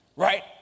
Right